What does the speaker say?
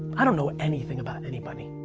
i don't know anything about anybody.